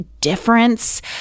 difference